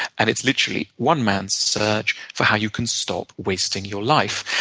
and it's literally one man's search for how you can stop wasting your life.